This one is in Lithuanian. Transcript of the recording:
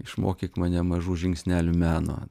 išmokyk mane mažų žingsnelių meno